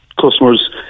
customers